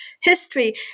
history